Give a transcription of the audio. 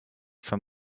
from